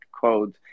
code